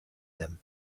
them